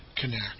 connect